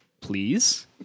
please